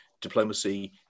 diplomacy